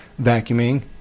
vacuuming